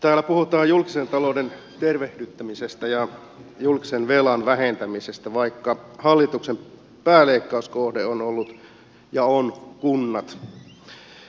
täällä puhutaan julkisen talouden tervehdyttämisestä ja julkisen velan vähentämisestä vaikka hallituksen pääleikkauskohde on ollut ja on kunnat